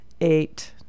eight